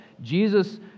Jesus